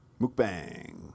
Mukbang